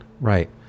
Right